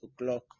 o'clock